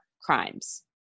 crimes